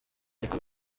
ariko